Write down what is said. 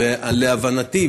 ולהבנתי,